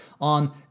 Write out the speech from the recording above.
on